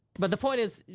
but the point is,